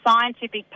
scientific